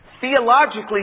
theologically